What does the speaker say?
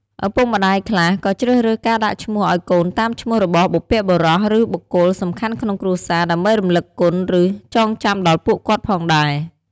ឪពុកម្តាយខ្លះក៏ជ្រើសរើសការដាក់ឈ្មោះឲ្យកូនតាមឈ្មោះរបស់បុព្វបុរស ឬ បុគ្គលសំខាន់ក្នុងគ្រួសារ ដើម្បីរំលឹកគុណ ឬ ចងចាំដល់ពួកគាត់ផងដែរ។